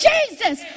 Jesus